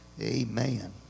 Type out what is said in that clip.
Amen